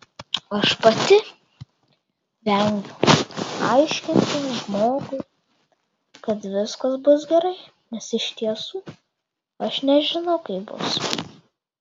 aš pati vengiu aiškinti žmogui kad viskas bus gerai nes iš tiesų aš nežinau kaip bus